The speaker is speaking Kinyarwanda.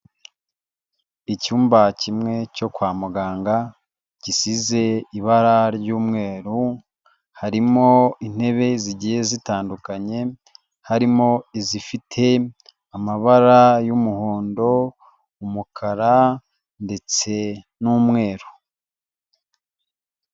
Icyumba kimwe cyo kwa muganga gisize ibara ry'umweru harimo intebe zigiye zitandukanye, harimo izifite amabara y'umuhondo, umukara ndetse n'umweru.